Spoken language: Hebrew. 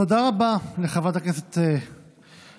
תודה רבה לחברת הכנסת מגן.